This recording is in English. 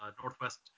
Northwest